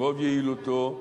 ברוב יעילותו,